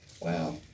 Wow